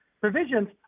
provisions